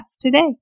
today